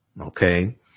Okay